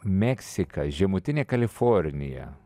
meksika žemutinė kalifornija